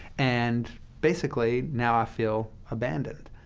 and basically, now i feel abandoned.